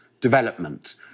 development